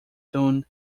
soon